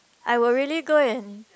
I would really go and